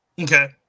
Okay